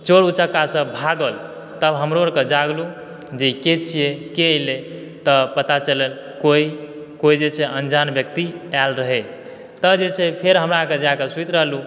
चोर उचक्का सब भागल तब हमरो आरके जागलूँ जे ई के छियै के एलै तऽ पता चलल कोइ कोइ जे छै अन्जान व्यक्ति आयल रहै तऽ जे छै फेर हमरा आरके जायके सुति रहलूँ